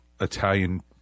Italian